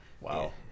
Wow